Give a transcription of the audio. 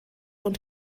und